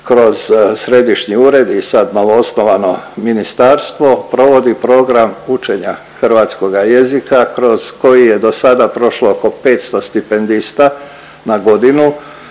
kroz središnji ured i sad novoosnovano ministarstvo, provodi program učenja hrvatskoga jezika kroz koji je do sada prošlo oko 500 stipendista na godinu.